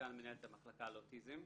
סגן מנהלת המחלקה לאוטיזם.